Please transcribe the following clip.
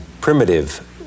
primitive